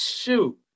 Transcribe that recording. shoot